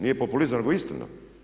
Nije populizam nego istina.